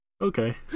Okay